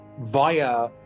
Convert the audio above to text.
via